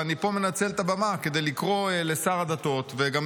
ואני מנצל פה את הבמה כדי לקרוא לשר הדתות וגם